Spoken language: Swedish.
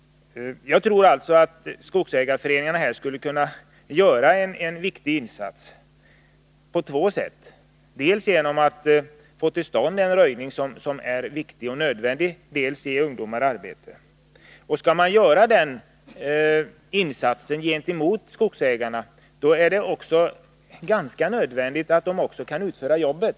Jag tror alltså att skogsägarföreningarna skulle kunna göra en viktig insats på två sätt, dels genom att få till stånd en röjning som är viktig och nödvändig, dels genom att ge ungdomar arbete. Om ungdomarna skall göra den här insatsen åt skogsägarna, är det ganska nödvändigt att de kan jobbet.